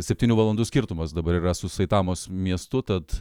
septynių valandų skirtumas dabar yra su saitamos miestu tad